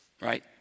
Right